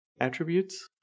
attributes